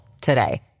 today